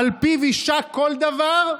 על פיו יישק כל דבר,